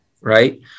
right